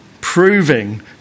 Proving